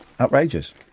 Outrageous